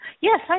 yes